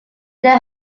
their